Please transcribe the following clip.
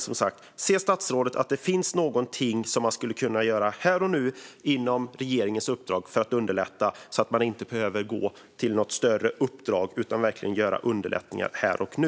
Ser statsrådet att det finns någonting som man skulle kunna göra här och nu inom regeringens uppdrag för att underlätta, så att man inte behöver gå till något större uppdrag utan verkligen underlätta här och nu?